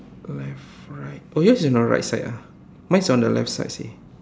left right oh yours is on the right ah mine is on the left side seh